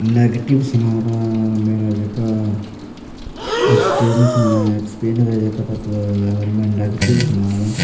negative सनांऽ तां मेरा जेह्का ऐक्सपीरियंस में ऐक्सपीरियंस जेह्का तां अगर में नैगेटिव सनांऽ तां